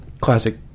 Classic